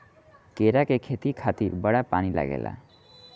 केरा के खेती खातिर बड़ा पानी लागेला